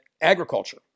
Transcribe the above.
agriculture